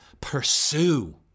pursue